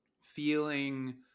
feeling